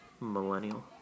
Millennial